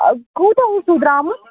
آ کوٗتاہ اوسوٕ درٛامُت